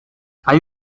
hay